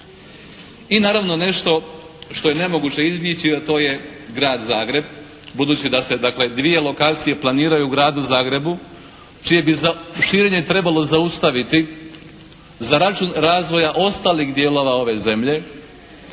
I naravno nešto što je nemoguće izbjeći a to je grad Zagreb, budući da se dakle dvije lokacije planiraju u gradu Zagrebu čije bi za, širenje trebalo zaustaviti za račun razvoja ostalih dijelova ove zemlje